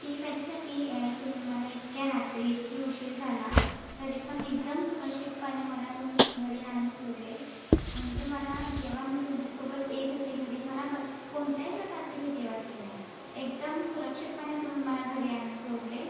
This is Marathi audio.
टीप याच्यासाठी तुम्ही मला इतक्या रात्री इतकी उशीर झाला तरी पण एकदम सुरक्षितपणे मला तुम्ही घरी आणून सोडले म्हणजे मला जेव्हा मी तुमच्यासोबत येत होती घरी मला कश् कोणत्याही प्रकारची भीती वाटली नाही एकदम सुरक्षितपणे तुम्ही मला घरी आणून सोडले